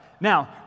now